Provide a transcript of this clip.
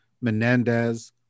Menendez